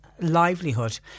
livelihood